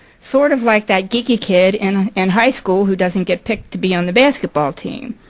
sort of like that geeky kid in and high school who doesn't get picked to be on the basketball team.